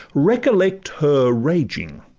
recollect her raging!